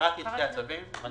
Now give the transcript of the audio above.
הצו אושר.